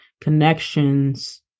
connections